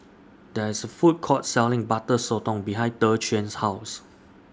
There IS A Food Court Selling Butter Sotong behind Dequan's House